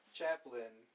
Chaplin